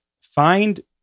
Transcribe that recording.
find